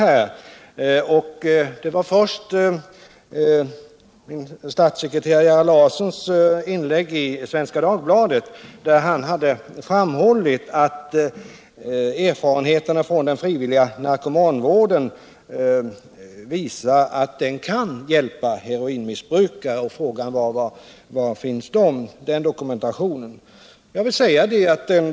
Den första gällde statssekreterare Gerhard Larssons inlägg i Svenska Dagbladet, där han hade framhållit att erfarenheterna från den frivilliga narkomanvården visar att den kan hjälpa heroinmissbrukare. Frågan var: Var finns den dokumentationen?